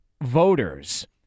voters